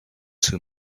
two